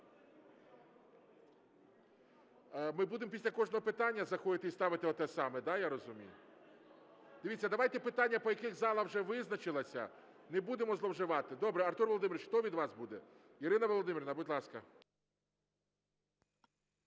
Ми будемо після кожного питання заходити і ставити оте саме, да, я розумію? Дивіться, давайте питання, по яких зала вже визначилася, не будемо зловживати. Добре, Артур Володимирович, хто від вас буде? Ірина Володимирівна, будь ласка.